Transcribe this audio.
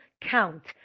count